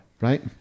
Right